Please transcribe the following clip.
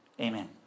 amen